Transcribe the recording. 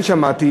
אני כן שמעתי